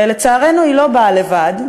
ולצערנו היא לא באה לבד,